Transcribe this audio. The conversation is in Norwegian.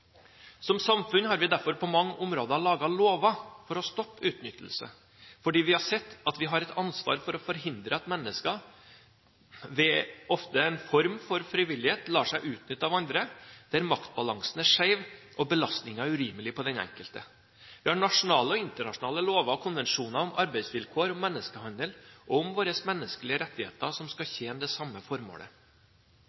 Som samfunn har vi derfor på mange områder laget lover for å stoppe utnyttelse, fordi vi har sett at vi har et ansvar for å forhindre at mennesker, ofte ved en form for frivillighet, lar seg utnytte av andre – der maktbalansen er skjev og belastningen er urimelig for den enkelte. Vi har nasjonale og internasjonale lover og konvensjoner om arbeidsvilkår, menneskehandel og